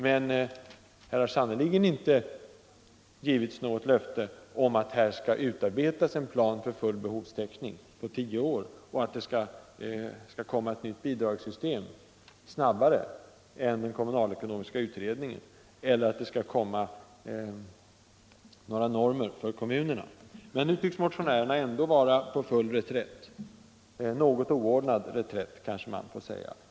Men här har sannerligen inte givits något löfte om att det skall utarbetas en plan för full behovstäckning på tio år, att det skall komma ett nytt bidragssystem innan den kommunalekonomiska utredningen har slutfört sitt arbete eller att det skall komma några normer för kommunerna. Nu tycks motionärerna ändå vara på full reträtt. En något oordnad reträtt, kanske man får säga.